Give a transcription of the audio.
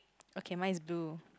okay mine is blue